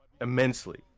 immensely